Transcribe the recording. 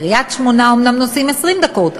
מקריית-שמונה אומנם נוסעים 20 דקות,